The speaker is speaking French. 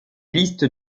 listes